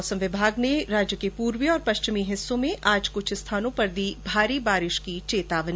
मौसम विभाग ने राज्य के पूर्वी और पश्चिमी हिस्सों में आज कुछ स्थानों पर दी भारी बारिश की चेतावनी